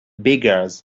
beggars